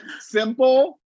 Simple